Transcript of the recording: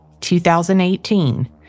2018